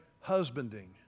husbanding